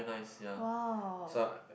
!wow!